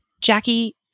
Jackie